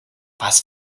was